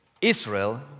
Israel